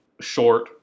short